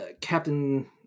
Captain